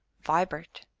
vibart!